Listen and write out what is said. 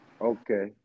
Okay